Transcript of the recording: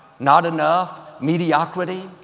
not enough, mediocrity.